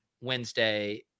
Wednesday